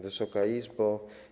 Wysoka Izbo!